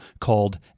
called